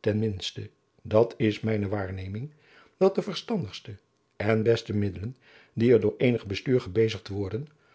ten minste dat is mijne waarneming dat de verstandigste en beste middelen die er door eenig bestuur gebezigd worden